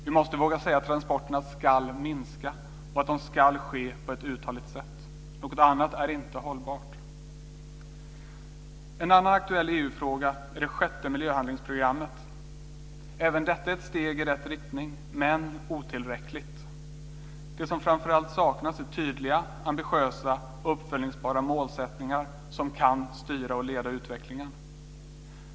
Vi måste våga säga att transporterna ska minska och att de ska ske på ett uthålligt sätt. Något annat är inte hållbart. En annan aktuell EU-fråga är det sjätte miljöhandlingsprogrammet. Även detta är ett steg i rätt riktning, men det är otillräckligt. Det som framför allt saknas är tydliga, ambitiösa, uppföljningsbara målsättningar som kan styra och leda utvecklingen.